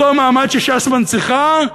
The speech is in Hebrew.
אותו מעמד שש"ס מנציחה,